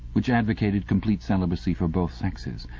which advocated complete celibacy for both sexes.